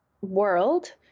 world